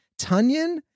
Tunyon